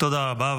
תודה רבה.